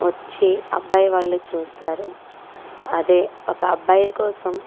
వచ్చి అబ్బాయి వాళ్ళు చూస్తారు అదే ఒక అబ్బాయి కోసం